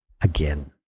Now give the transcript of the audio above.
again